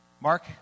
Mark